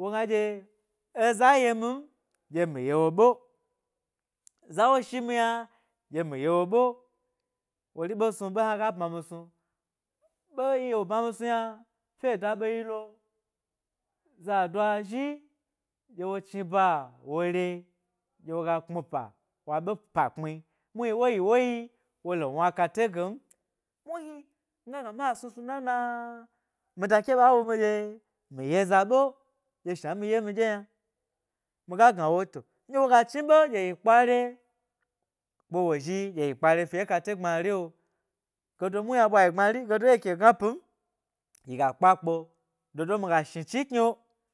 wogna dye eza ye mim, dye mi ye wo ɓe zawo shimi yna ɗye mi ye wo ɓe wori ɓe snu ga bma snu, ɓe yi'o wo bmami snu yna, fye de a ɓee yilo, zadoa zhi ɗye wo chni ba wo re ɗye woga kpmi pa, wo ɓe pa kpmi muhni wo yi wo yi ooo le wna kate ge n, muhni, mi ga gna ma snu snu nana? Mida ke ɓa wumi ɗye mi ye za ɓe dye shna nɗye mi ye mi ɗye yna, miga gna wo to, nɗye woga chni ɓee ɗye yi kpere kpe wo zhi gye kpare fi e kate gbma rilo, gedo muni a ɓwa yi gbmari gedo dye eke mwa pim yi ga kpe kpo dodo mi ga shni chi ė kni.